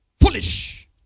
Foolish